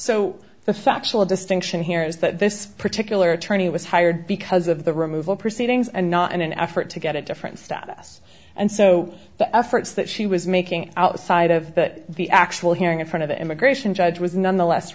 so the factual distinction here is that this particular attorney was hired because of the removal proceedings and not in an effort to get a different status and so the efforts that she was making outside of that the actual hearing in front of the immigration judge was nonetheless